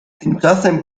tymczasem